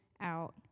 out